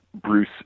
Bruce